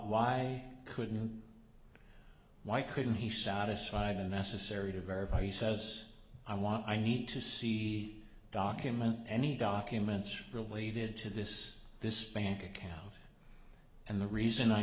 why couldn't why couldn't he satisfied necessary to verify he says i want i need to see document any documents related to this this bank account and the reason i